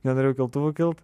nenorėjau keltuvu kilt